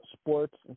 sports